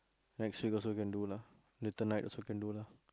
next week also can do lah tonight also can do lah